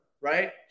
right